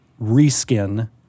Reskin